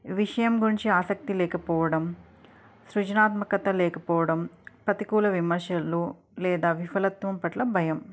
విషయం గురించి ఆసక్తి లేకపోవడం సృజనాత్మకత లేకపోవడం ప్రతికూల విమర్శలు లేదా విఫలత్వం పట్ల భయం